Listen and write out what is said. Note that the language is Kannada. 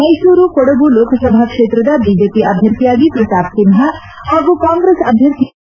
ಮೈಸೂರು ಕೊಡಗು ಲೋಕಸಭಾ ಕ್ಷೇತ್ರದ ಬಿಜೆಪಿ ಅಭ್ಯರ್ಥಿಯಾಗಿ ಪ್ರತಾಪ್ ಸಿಂಹ ಹಾಗೂ ಕಾಂಗ್ರೆಸ್ ಅಭ್ಯರ್ಥಿಯಾಗಿ ಸಿ